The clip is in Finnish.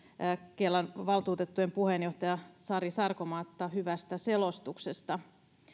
kelan valtuutettujen puheenjohtajaa sari sarkomaata hyvästä selostuksesta